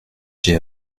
j’ai